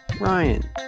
Ryan